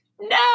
No